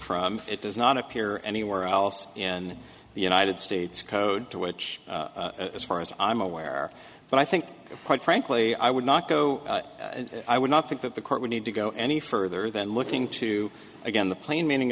from it does not appear anywhere else in the united states code to which as far as i'm aware but i think quite frankly i would not go i would not think that the court would need to go any further than looking to again the plain meaning